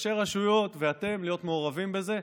ראשי הרשויות ואתם צריכים להיות מעורבים בזה.